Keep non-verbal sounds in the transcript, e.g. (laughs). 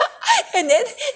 (laughs) and then (breath)